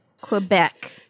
Quebec